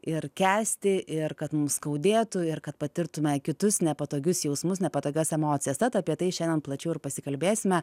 ir kęsti ir kad mums skaudėtų ir kad patirtume kitus nepatogius jausmus nepatogias emocijas tad apie tai šiandien plačiau ir pasikalbėsime